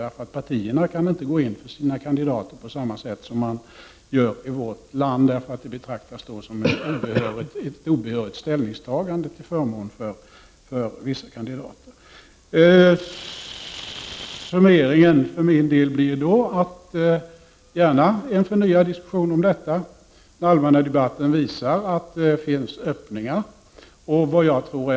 Partierna kan i alla fall inte gå in för sina kandidater på samma sätt som de gör i vårt land, därför att det betraktas som ett obehörigt ställningstagande till förmån för vissa kandidater. Summeringen för min del blir då att jag gärna deltar i en förnyad diskussion om detta. Den allmänna debatten visar att det finns öppningar.